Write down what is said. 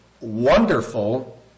wonderful